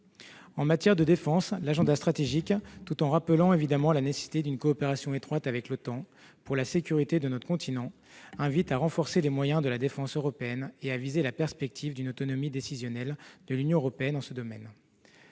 En matière de défense, l'agenda stratégique, tout en rappelant évidemment la nécessité d'une coopération étroite avec l'OTAN pour la sécurité de notre continent, invite à renforcer les moyens de la défense européenne et à viser la perspective d'une autonomie décisionnelle de l'Union européenne en ce domaine.